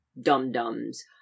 dum-dums